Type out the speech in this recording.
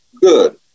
Good